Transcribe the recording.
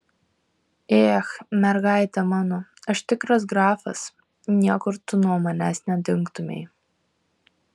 ech mergaite mano aš tikras grafas niekur tu nuo manęs nedingtumei